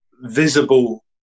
visible